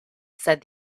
said